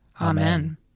Amen